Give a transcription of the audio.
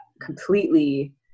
completely